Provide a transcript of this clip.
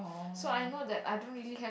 so I know that I don't really have